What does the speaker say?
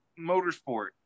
motorsport